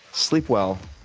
sleep well,